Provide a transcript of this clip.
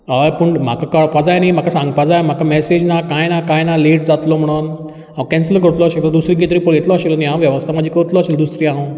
हय पूण म्हाका कळपाक जाय न्ही म्हाका सांगपाक जाय म्हाका मॅसेज ना कांय ना कांय ना लेट जातलो म्हणोन हांव कॅन्सल करतलो आशिल्लो दुसरें कितें तरी पळयतलो आशिल्लो न्ही हांव वेवस्था म्हाजी करतलो आशिल्ली दुसरी हांव